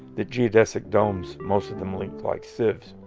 the geodesic domes most of them leak like sieves.